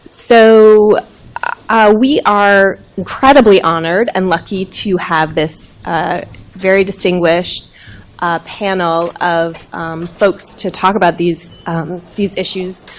so we are incredibly honored and lucky to have this very distinguished panel of folks to talk about these these issues.